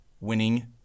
winning